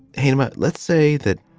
hayama let's say that